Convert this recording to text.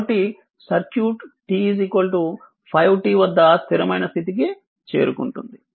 కాబట్టి circuit t 5T వద్ద స్థిరమైన స్థితికి చేరుకుంటుంది